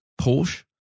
Porsche